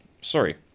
sorry